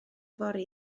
fory